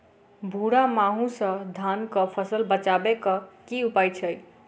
भूरा माहू सँ धान कऽ फसल बचाबै कऽ की उपाय छै?